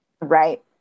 Right